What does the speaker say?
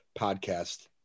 podcast